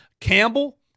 Campbell